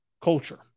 culture